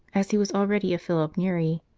as he was already of philip neri,